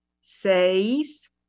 seis